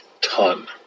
ton